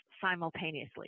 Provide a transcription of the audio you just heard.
simultaneously